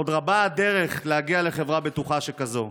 עוד רבה הדרך להגיע לחברה בטוחה שכזאת.